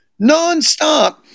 nonstop